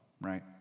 right